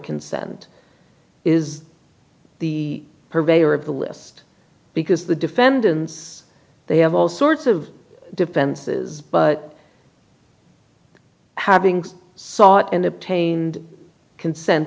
consent is the purveyor of the list because the defendants they have all sorts of defenses but having sought and obtained consent